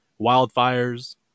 wildfires